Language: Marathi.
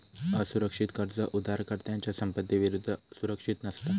असुरक्षित कर्ज उधारकर्त्याच्या संपत्ती विरुद्ध सुरक्षित नसता